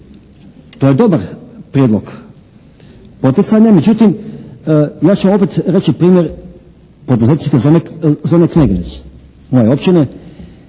To je dobar prijedlog poticanja, međutim ja ću vam opet reći primjer poduzetničke zone Kneginec, moje općine.